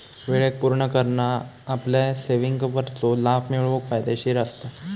वेळेक पुर्ण करना आपल्या सेविंगवरचो लाभ मिळवूक फायदेशीर असता